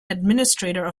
administrator